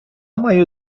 маю